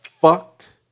fucked